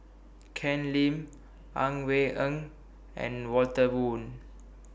Ken Lim Ang Wei Eng and Walter Woon